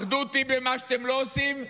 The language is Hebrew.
אחדות היא במה שאתם לא עושים,